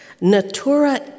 Natura